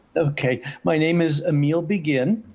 okay, my name is emile begin.